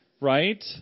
Right